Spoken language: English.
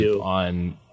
on